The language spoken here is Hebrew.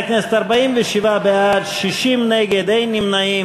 חברי הכנסת, 47 בעד, 60 נגד, אין נמנעים.